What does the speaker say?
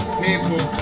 people